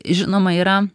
žinoma yra